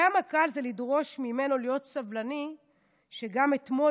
כמה קל זה לדרוש ממנו להיות סבלני כשגם אתמול